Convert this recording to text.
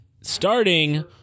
starting